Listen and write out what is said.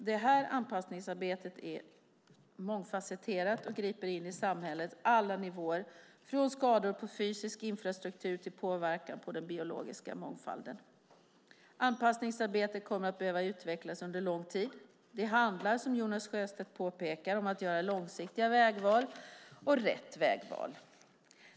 Detta anpassningsarbete är mångfasetterat och griper in i samhällets alla nivåer, från skador på fysisk infrastruktur till påverkan på den biologiska mångfalden. Anpassningsarbetet kommer att behöva utvecklas under lång tid. Det handlar, som Jonas Sjöstedt påpekar, om att göra långsiktiga vägval och rätt vägval.